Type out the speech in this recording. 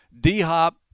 D-Hop